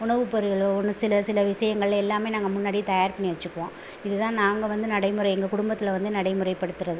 உணவு பொருள்களோ ஒன்று சில சில விஷயங்கள் எல்லாமே நாங்கள் முன்னாடியே தயார் பண்ணி வச்சிப்போம் இதுதான் நாங்கள் வந்து நடைமுறை எங்கள் குடும்பத்தில் வந்து நடைமுறை படுத்துகிறது